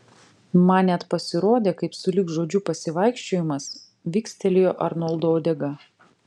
man net pasirodė kaip sulig žodžiu pasivaikščiojimas vikstelėjo arnoldo uodega